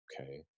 okay